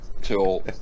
till